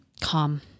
calm